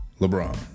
LeBron